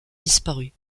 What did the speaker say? disparu